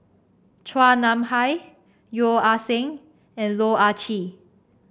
Chua Nam Hai Yeo Ah Seng and Loh Ah Chee